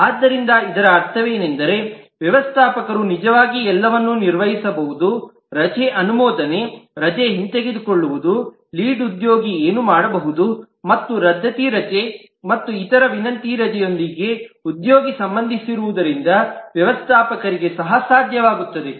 ಆದ್ದರಿಂದ ಇದರ ಅರ್ಥವೇನೆಂದರೆ ವ್ಯವಸ್ಥಾಪಕರು ನಿಜವಾಗಿ ಎಲ್ಲವನ್ನು ನಿರ್ವಹಿಸಬಹುದು ರಜೆ ಅನುಮೋದನೆ ರಜೆ ಹಿಂತೆಗೆದುಕೊಳ್ಳುವುದು ಲೀಡ್ ಉದ್ಯೋಗಿ ಏನು ಮಾಡಬಹುದು ಮತ್ತು ರದ್ದತಿ ರಜೆ ಮತ್ತು ಇನ್ನಿತರ ವಿನಂತಿಯ ರಜೆಯೊಂದಿಗೆ ಲೀಡ್ ಉದ್ಯೋಗಿಸಂಬಂಧಿಸಿರುವುದರಿಂದ ವ್ಯವಸ್ಥಾಪಕರಿಗೆ ಸಹ ಸಾಧ್ಯವಾಗುತ್ತದೆ